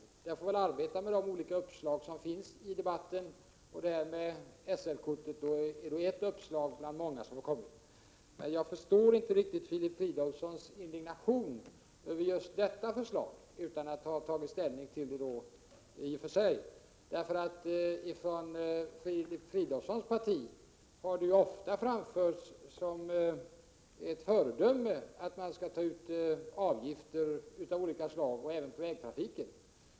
Ännu så länge får jag arbeta med de olika uppslag som förekommer i debatten. Förslaget om SL-kort för bilister är ett uppslag bland många som har kommit fram. Utan att själv ha tagit ställning, förstår jag inte riktigt Filip Fridolfssons indignation över just detta förslag. Från Filip Fridolfssons parti har ju kravet på att man även från vägtrafiken skall ta ut avgifter av olika slag ansetts som föredömligt.